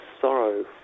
sorrow